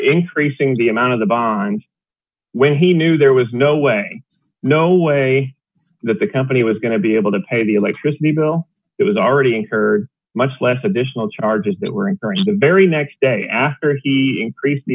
increasing the amount of the bonds when he knew there was no way no way that the company was going to be able to pay the electricity bill it was already incurred much less additional charges that were encouraged to bury next day after he increased the